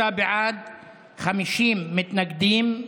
43 בעד, 50 מתנגדים,